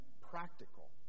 practical